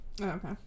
okay